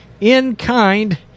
in-kind